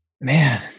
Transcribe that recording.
Man